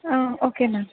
okay ma'am